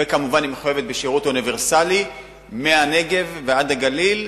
וכמובן היא מחויבת בשירות אוניברסלי מהנגב ועד הגליל,